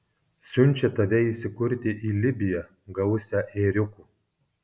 siunčia tave įsikurti į libiją gausią ėriukų